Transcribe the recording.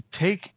take